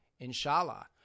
Inshallah